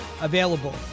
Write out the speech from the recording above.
available